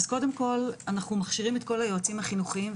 אנחנו מכשירים את כל היועצים המרכזיים,